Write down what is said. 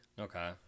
Okay